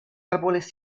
árboles